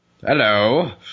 Hello